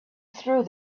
through